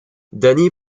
danny